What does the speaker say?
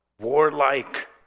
warlike